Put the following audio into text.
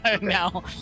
now